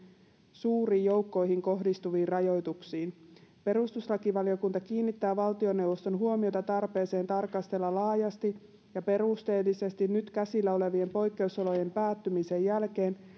suuriin joukkoihin kohdistuviin rajoituksiin perustuslakivaliokunta kiinnittää valtioneuvoston huomiota tarpeeseen tarkastella laajasti ja perusteellisesti nyt käsillä olevien poikkeusolojen päättymisen jälkeen